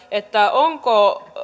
onko